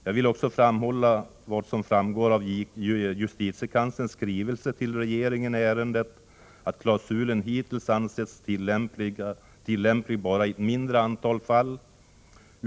Jag vill också betona vad som framgår av justitiekanslerns skrivelse till regeringen i ärendet, nämligen att klausulen hittills ansetts tillämplig bara i ett mindre antal fall.